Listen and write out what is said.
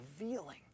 revealing